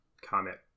comment